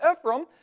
Ephraim